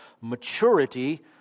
maturity